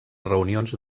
reunions